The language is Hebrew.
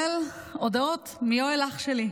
לקבל הודעות מיואל, אח שלי,